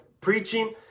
preaching